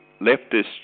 leftist